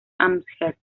amherst